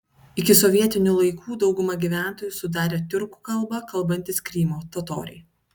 iki sovietinių laikų daugumą gyventojų sudarė tiurkų kalba kalbantys krymo totoriai